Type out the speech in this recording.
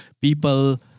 people